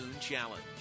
Challenge